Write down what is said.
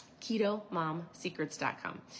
ketomomsecrets.com